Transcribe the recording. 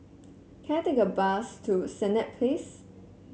can I take a bus to Senett Place